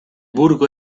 burgo